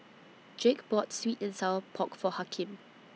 Jake bought Sweet and Sour Pork For Hakim